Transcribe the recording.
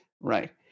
Right